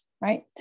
right